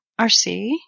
RC